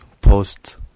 post